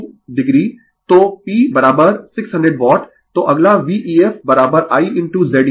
तो अगला V efI into Z ef है